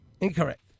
Incorrect